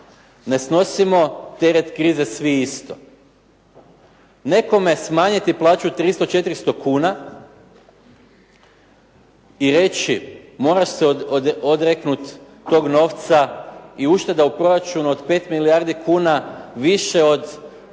ne snosimo teret krize svi isto. Nekome smanjiti plaću od 300, 400 kuna i reći, moraš se odreknuti toga nova i ušteda u proračunu od 5 milijardi kuna više